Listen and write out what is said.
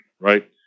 right